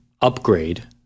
upgrade